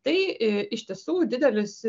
tai iš tiesų didelis